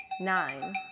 nine